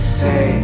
say